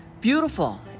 Beautiful